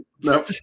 No